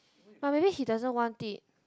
but maybe he doesn't want it